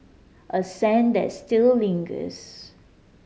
a scent that still lingers